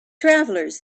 travelers